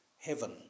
heaven